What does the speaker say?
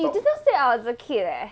you just now say I was a kid eh